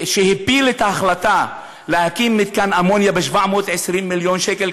שהפיל את ההחלטה להקים מתקן אמוניה ב-720 מיליון שקל,